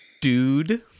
Dude